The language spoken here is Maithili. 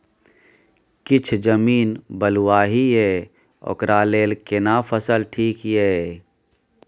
किछ जमीन बलुआही ये ओकरा लेल केना फसल ठीक ये?